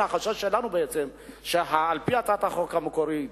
החשש שלנו הוא בעצם שעל-פי הצעת החוק המקורית,